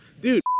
dude